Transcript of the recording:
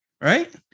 Right